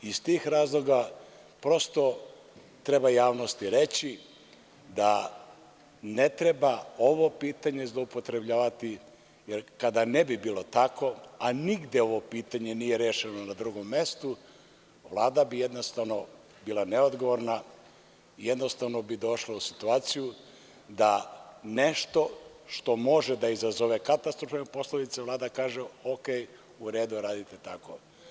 Iz tih razloga, prosto, treba javnosti reći, da ne treba ovo pitanje zloupotrebljavati, jer kada ne bi bilo tako, a nigde ovo pitanje nije rešeno na drugom mestu, Vlada bi jednostavno bila neodgovorna, jednostavno bi došla u situaciju da nešto što može da izazove katastrofalne posledice, Vlada kaže – u redu, uradite tako.